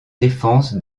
défense